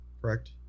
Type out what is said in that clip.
correct